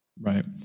right